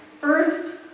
first